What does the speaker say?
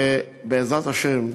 ובעזרת השם,